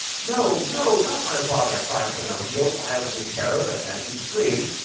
no, no, not my father! cried pinocchio, wild with terror but as he screamed,